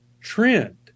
trend